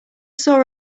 saw